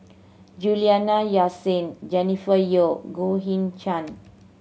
Juliana Yasin Jennifer Yeo Goh Eng Han